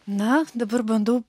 na dabar bandau